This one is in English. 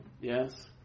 yes